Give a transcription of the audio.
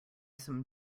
some